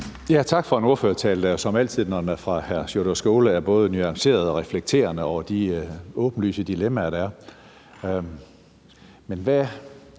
når den er fra hr. Sjúrður Skaale, er både nuanceret og reflekterende over de åbenlyse dilemmaer, der er.